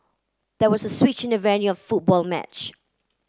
there was a switch in the venue football match